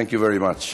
Thank you very much.